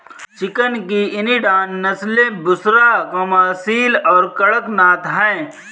chicken की Indian नस्लें बुसरा, असील और कड़कनाथ हैं